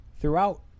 throughout